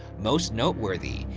most noteworthy,